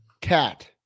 cat